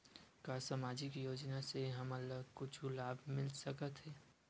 का सामाजिक योजना से हमन ला कुछु लाभ मिल सकत हे?